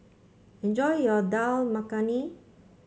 enjoy your Dal Makhani